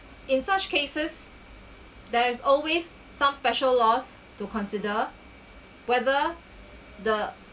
in such cases there is always some special laws to consider whether the